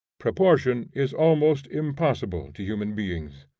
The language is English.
proportion is almost impossible to human beings.